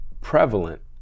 prevalent